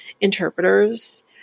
interpreters